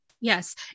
Yes